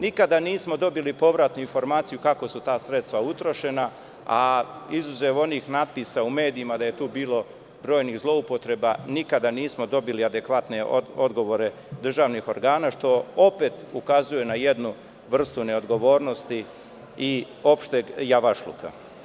Nikada nismo dobili povratnu informaciju kako su ta sredstva utrošena, a izuzev onih natpisa u medijima da je tu bilo brojnih zloupotreba nikada nismo dobili adekvatne odgovore državnih organa, što opet ukazuje na jednu vrstu neodgovornosti i opšteg javašluka.